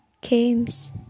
games